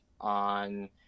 on